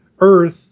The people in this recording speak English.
Earth